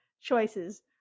choices